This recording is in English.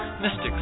Mystics